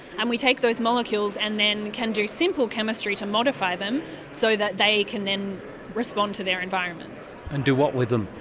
and we take those molecules and then can do simple chemistry to modify them so that they can then respond to their environments. and do what with them?